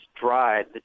dried